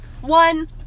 one